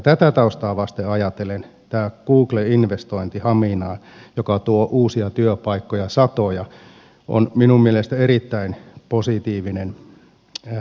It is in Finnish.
tätä taustaa vasten ajatellen tämä googlen investointi haminaan joka tuo satoja uusia työpaikkoja on minun mielestäni erittäin positiivinen uutinen